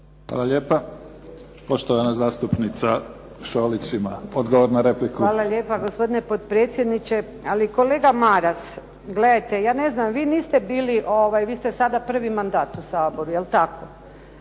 Hvala lijepa. Poštovana zastupnica Šolić ima odgovor na repliku. **Šolić, Božica (HDZ)** Hvala lijepo gospodine potpredsjedniče. Ali kolega Maras gledajte, vi niste bili vi ste sada prvi mandat u Saboru, jel tako?